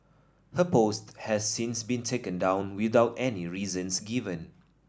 her post has since been taken down without any reasons given